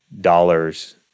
dollars